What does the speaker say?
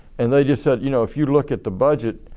and they just said you know if you look at the budget,